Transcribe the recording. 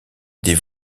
des